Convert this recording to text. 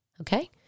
okay